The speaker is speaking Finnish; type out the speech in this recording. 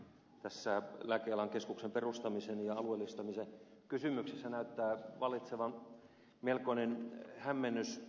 tässä lääkealan keskuksen perustamisen ja alueellistamisen kysymyksessä näyttää vallitsevan melkoinen hämmennys